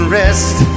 rest